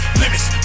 limits